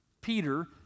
Peter